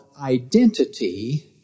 identity